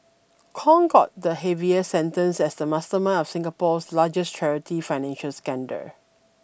Kong got the heaviest sentence as the mastermind of Singapore's largest charity financial scandal